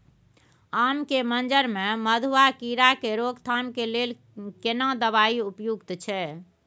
आम के मंजर में मधुआ कीरा के रोकथाम के लेल केना दवाई उपयुक्त छै?